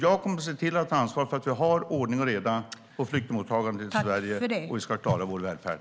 Jag kommer att ta ansvar för att vi har ordning och reda i flyktingmottagandet i Sverige. Och vi ska klara vår välfärd.